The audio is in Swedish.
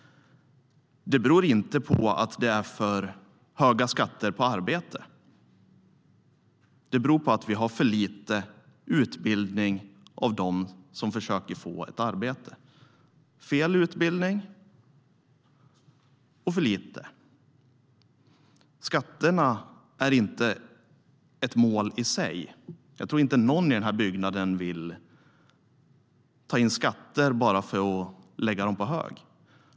Det beror inte på att det är för höga skatter på arbete. Det beror på att de som försöker få ett arbete har för lite eller fel utbildning. Skatterna är inte ett mål i sig. Jag tror inte att någon i den här byggnaden vill ta in skatter bara för att lägga dem på hög.